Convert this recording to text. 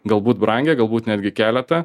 galbūt brangią galbūt netgi keletą